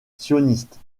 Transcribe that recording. sionistes